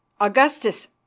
augustus